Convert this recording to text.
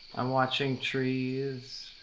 i'm watching trees.